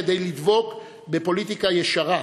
כדי לדבוק בפוליטיקה ישרה,